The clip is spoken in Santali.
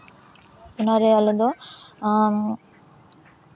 ᱚᱱᱟᱨᱮ ᱟᱞᱮ ᱫᱚ